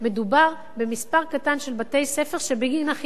מדובר במספר קטן של בתי-ספר שבגין החיוב